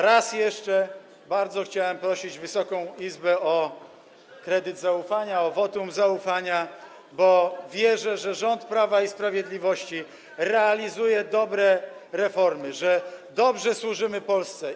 Raz jeszcze bardzo chciałem prosić Wysoką Izbę o kredyt zaufania, o wotum zaufania, bo wierzę, że rząd Prawa i Sprawiedliwości realizuje dobre reformy, że dobrze służymy Polsce.